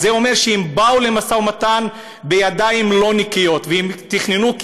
אז זה אומר שהם באו למשא-ומתן בידיים לא נקיות והם תכננו,